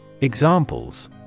Examples